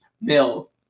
mill